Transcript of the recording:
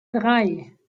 drei